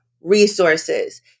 resources